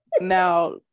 Now